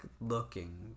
looking